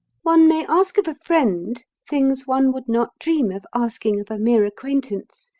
one may ask of a friend things one would not dream of asking of a mere acquaintance,